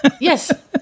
Yes